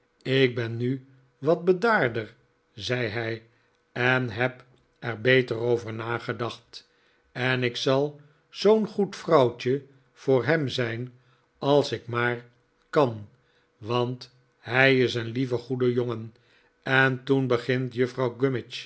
ik ben nu wat bedaarder zei zij en heb er beter over nagedacht en ik zal zoo'n goed vrouwtje voor hem zijn als ik maar kan want hij is een lieve goede jongen en toen begint